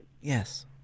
Yes